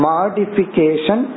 Modification